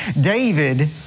David